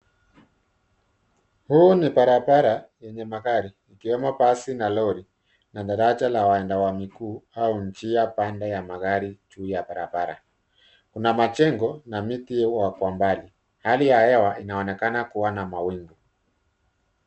Huu ni barabara wenye magari, ikiwemo basi na lori na daraja la waenda miguu au njia panda ya magari juu ya barabara. Kuna majengo na miti kwa umbali. Hali ya hewa inaonekana kuwa na mawingu.